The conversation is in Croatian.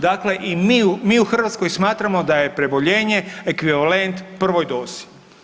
Dakle i mi u Hrvatskoj smatramo da je preboljenje ekvivalent prvoj dozi.